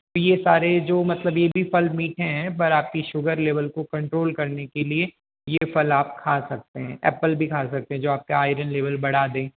यह सारे जो मतलब यह भी फल मीठे हैं पर आपकी शुगर लेवल को कंट्रोल करने के लिए यह फल आप खा सकते हैं ऐप्पल भी खा सकते हैं जो आपके आइरन लेवल बढ़ा दे